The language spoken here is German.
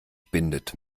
bindet